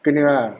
kena ah